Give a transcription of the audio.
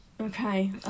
Okay